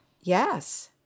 yes